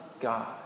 God